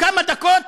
כמה דקות